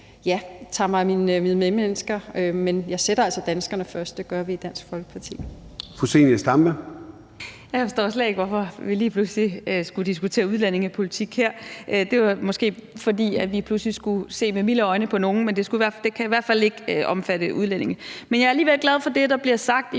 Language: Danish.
og tager mig af mine medmennesker, men jeg sætter altså danskerne først – det gør vi i Dansk Folkeparti. Kl. 18:02 Formanden (Søren Gade): Fru Zenia Stampe. Kl. 18:02 Zenia Stampe (RV): Jeg forstår slet ikke, hvorfor vi lige pludselig skulle diskutere udlændingepolitik her. Det var måske, fordi vi skulle se med milde øjne på nogen, men det kan i hvert fald ikke omfatte udlændinge. Men jeg er alligevel glad for det, der bliver sagt i